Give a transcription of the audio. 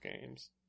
games